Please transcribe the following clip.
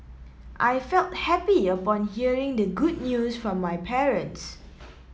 I felt happy upon hearing the good news from my parents